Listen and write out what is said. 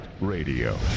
Radio